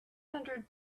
hundred